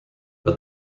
but